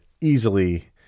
easily